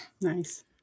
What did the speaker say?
Nice